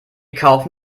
kaufen